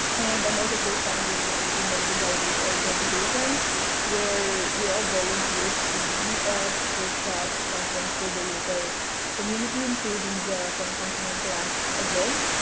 and i'm also co-founder of the philippine web designer's organization where we are all volunteers who do meetups, workshops, conference for the local community including the form function and class event.